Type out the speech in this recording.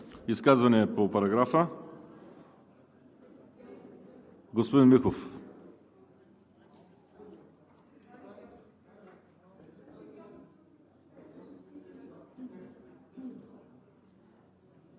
Изказвания по параграфа. Господин Михов,